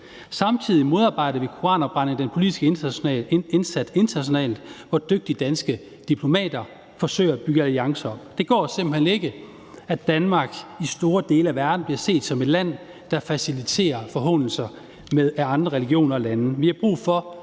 Samtidig modarbejder vi i den politiske indsats internationalt koranafbrændinger, hvor dygtige danske diplomater forsøger at bygge alliancer op. Det går simpelt hen ikke, at Danmark i store dele af verden bliver set som et land, der faciliterer forhånelser af andre religioner og lande. Vi har brug for